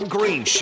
Green